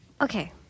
okay